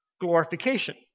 glorification